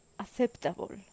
Acceptable